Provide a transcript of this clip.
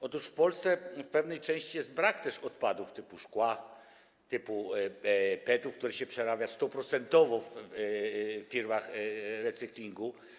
Otóż w Polsce w pewnej części jest też brak odpadów typu szkła, typu PET, które się przerabia 100-procentowo w firmach recyklingu.